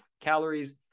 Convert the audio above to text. calories